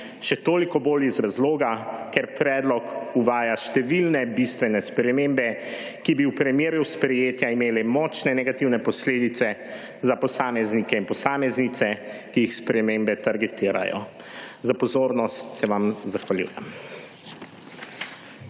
še toliko bolj iz razloga, ker predlog uvaja številne bistvene spremembe, ki v primeru sprejetja imele močne negativne posledice za posameznike in posameznice, ki jih spremembe targetirajo. Za pozornost se vam zahvaljujem.